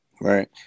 right